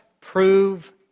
prove